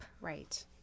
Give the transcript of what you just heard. Right